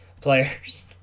players